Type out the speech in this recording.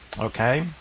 Okay